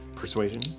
Persuasion